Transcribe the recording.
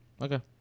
Okay